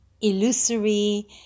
illusory